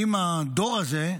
על הדור הזה,